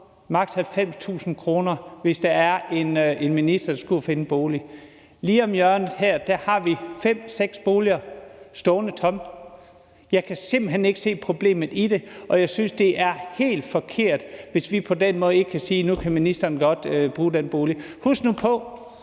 maks. 90.000 kr., hvis der er en minister, der skal ud og finde en bolig. Lige om hjørnet her har vi fem-seks boliger stående tomme. Jeg kan simpelt hen ikke se problemet i det, og jeg synes, det er helt forkert, hvis vi på den måde ikke kan sige, at nu kan ministeren godt bruge den bolig. Husk nu på,